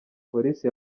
polisi